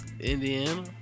Indiana